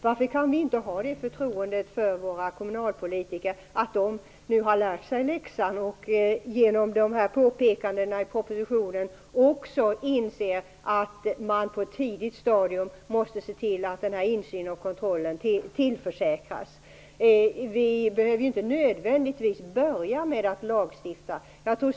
Varför kan vi inte visa våra kommunalpolitiker förtroende och tro att de nu har lärt sig? Och varför kan vi inte genom de påpekanden som görs i propositionen inse att man på ett tidigt stadium måste se till att den här insynen och kontrollen tillförsäkras? Vi behöver inte nödvändigtvis börja med att lagstifta.